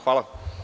Hvala.